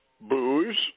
booze